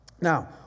now